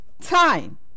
time